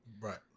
right